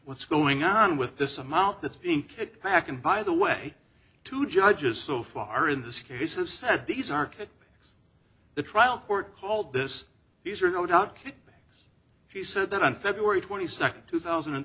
what's going on with this amount that's being kicked back and by the way to judges so far in this case of said these are the trial court called this these are no doubt she said that on february twenty second two thousand and